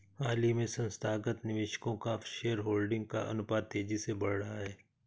हाल ही में संस्थागत निवेशकों का शेयरहोल्डिंग का अनुपात तेज़ी से बढ़ रहा है